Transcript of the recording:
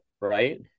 right